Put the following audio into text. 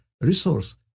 resource